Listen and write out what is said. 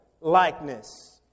likeness